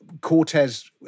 Cortez